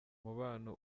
mubano